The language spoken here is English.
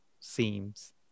seems